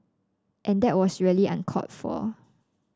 and that was really uncalled for